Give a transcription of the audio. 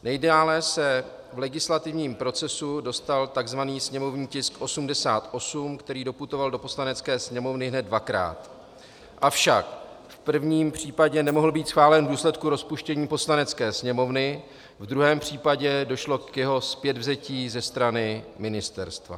Nejdále se v legislativním procesu dostal tzv. sněmovní tisk 88, který doputoval do Poslanecké sněmovny hned dvakrát, avšak v prvním případě nemohl být schválen v důsledku rozpuštění Poslanecké sněmovny, v druhém případě došlo k jeho zpětvzetí ze strany ministerstva.